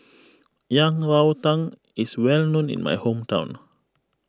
Yang Rou Tang is well known in my hometown